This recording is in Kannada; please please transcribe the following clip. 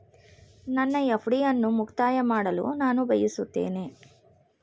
ನನ್ನ ಎಫ್.ಡಿ ಅನ್ನು ಮುಕ್ತಾಯ ಮಾಡಲು ನಾನು ಬಯಸುತ್ತೇನೆ